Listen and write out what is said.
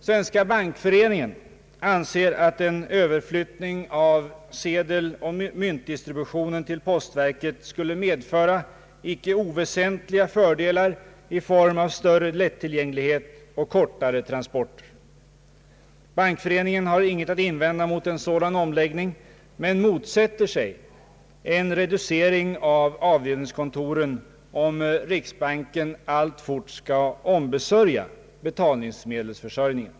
Svenska bankföreningen anser att en överflyttning av sedeloch myntdistributionen till postverket skulle »medföra icke oväsentliga fördelar i form av större = lättillgänglighet och «kortare transporter». Bankföreningen har ingenting att invända mot en sådan omläggning, men motsätter sig en reducering av avdelningskontoren om riksbanken alltfort skall ombesörja betalninsmedelsförsörjningen.